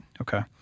Okay